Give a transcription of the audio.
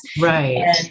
Right